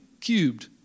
cubed